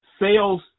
Sales